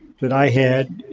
that i had